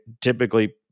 typically